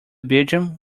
belgium